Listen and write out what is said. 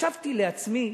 חשבתי לעצמי,